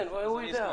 כן, הוא יודע.